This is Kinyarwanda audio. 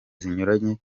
zinyuranye